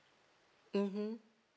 mmhmm